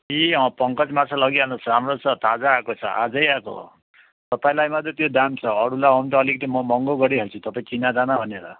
ए अँ पङ्कज माछा लगिहाल्नुहोस् राम्रो छ ताजा आएको छ आजै आएको हो तपाईँलाई मात्रै त्यो दाम छ अरूलाई हो भने त म अलिकति महँगो गरिहाल्छु तपाईँ चिनाजाना भनेर